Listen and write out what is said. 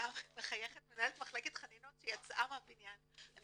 ומנהלת מחלקת חנינות שיצאה מהבניין מחייכת,